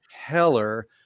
heller